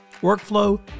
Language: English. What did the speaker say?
workflow